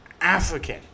african